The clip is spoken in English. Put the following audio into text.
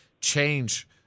change